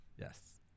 Yes